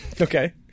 Okay